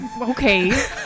Okay